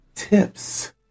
Tips